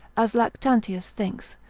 as lactantius thinks,